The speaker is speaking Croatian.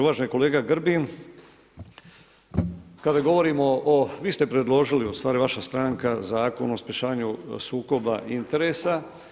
Uvaženi kolega Grbin, kada govorimo o, vi ste predložili, ustvari vaša stranka Zakon o sprječavanju sukoba interesa.